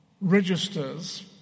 registers